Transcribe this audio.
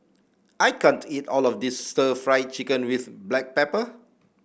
I can't eat all of this Stir Fried Chicken with Black Pepper